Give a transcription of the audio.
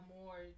more